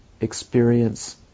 experience